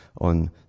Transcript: on